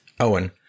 Owen